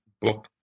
book